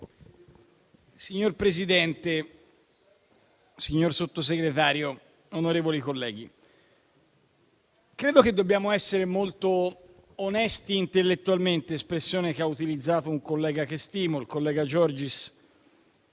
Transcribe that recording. Signor Presidente, signor Sottosegretario, onorevoli colleghi, credo che dobbiamo essere molto onesti intellettualmente, espressione che ha utilizzato un collega che stimo, il senatore Giorgis,